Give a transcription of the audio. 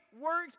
works